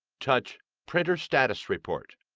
touch printer status report.